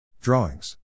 Drawings